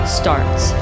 starts